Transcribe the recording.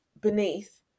beneath